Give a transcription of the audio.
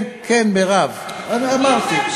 כן, כן, מירב, אמרתי למה לא להצביע?